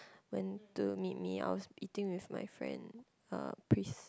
went to meet me I was eating with my friend uh Pris